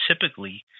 typically